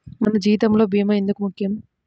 మన జీవితములో భీమా ఎందుకు ముఖ్యం?